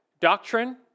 doctrine